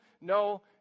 no